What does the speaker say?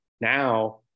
now